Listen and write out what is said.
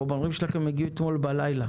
חומרים שלכם הגיעו אתמול בלילה.